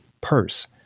purse